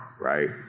right